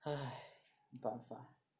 !hais! 没办法